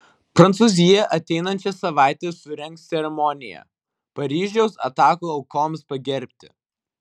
prancūzija ateinančią savaitę surengs ceremoniją paryžiaus atakų aukoms pagerbti